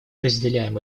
разделяем